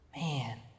man